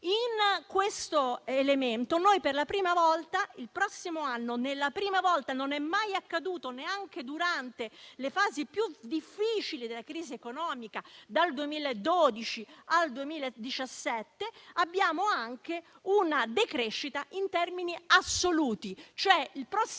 In questo quadro, il prossimo anno, per la prima volta - non è mai accaduto, neanche durante le fasi più difficili della crisi economica dal 2012 al 2017 - abbiamo anche una decrescita in termini assoluti, cioè il prossimo anno